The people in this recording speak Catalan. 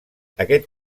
aquest